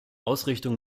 ausrichtung